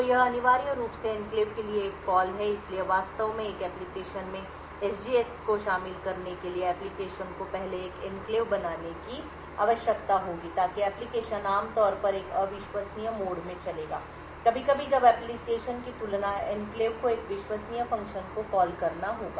तो यह अनिवार्य रूप से एन्क्लेव के लिए एक कॉल है इसलिए वास्तव में एक एप्लिकेशन में एसजीएक्स को शामिल करने के लिए एप्लिकेशन को पहले एक एन्क्लेव बनाने की आवश्यकता होगी ताकि एप्लिकेशन आम तौर पर एक अविश्वसनीय मोड में चलेगा कभी कभी जब एप्लिकेशन की तुलना एन्क्लेव को एक विश्वसनीय फ़ंक्शन को कॉल करना होगा